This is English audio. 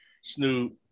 Snoop